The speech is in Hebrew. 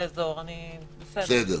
במאפיינים הייחודיים של האזור, בסדר.